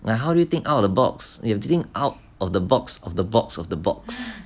like how do you think out of the box you have to think out of the box of the box of the box